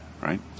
right